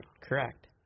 correct